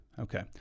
Okay